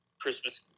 christmas